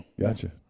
Gotcha